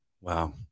Wow